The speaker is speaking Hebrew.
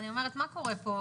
אני אומרת - מה קורה פה?